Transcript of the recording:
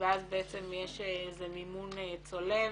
ואז יש מימון צולב,